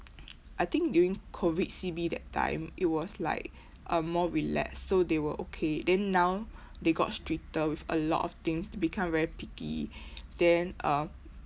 I think during COVID C_B that time it was like um more relaxed so they were okay then now they got stricter with a lot of things they become very picky then uh